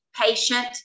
patient